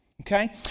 okay